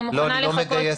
אני מוכנה לחכות.